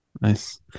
Nice